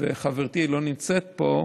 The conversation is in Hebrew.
חברתי, שלא נמצאת פה,